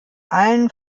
allen